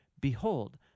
Behold